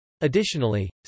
Additionally